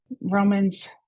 Romans